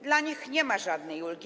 Dla nich nie ma żadnej ulgi.